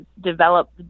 develop